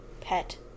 Pet